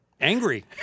Angry